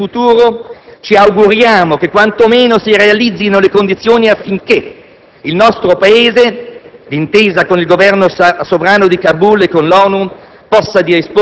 Pertanto, riconosciamo la diversità delle condizioni della presenza in Afghanistan, in coerenza con gli impegni multilaterali presi nell'ambito dell'ONU.